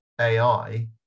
AI